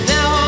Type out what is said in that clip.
Now